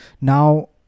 Now